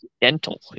dental